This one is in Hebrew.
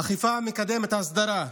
אכיפה מקדמת הסדרה,